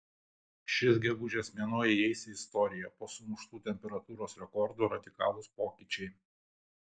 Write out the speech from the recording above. šis gegužės mėnuo įeis į istoriją po sumuštų temperatūros rekordų radikalūs pokyčiai